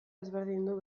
ezberdindu